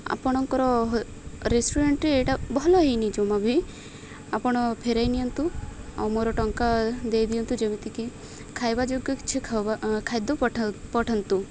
ଆପଣଙ୍କର ରେଷ୍ଟୁରାଣ୍ଟରେ ଏଇଟା ଭଲ ହେଇନି ଜମା ବି ଆପଣ ଫେରାଇ ନିଅନ୍ତୁ ଆଉ ମୋର ଟଙ୍କା ଦେଇ ଦିଅନ୍ତୁ ଯେମିତିକି ଖାଇବା ଯୋଗ୍ୟ କିଛି ଖବା ଖାଦ୍ୟ ପଠା ପଠାନ୍ତୁ